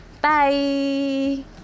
Bye